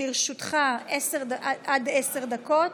לרשותך עד עשר דקות,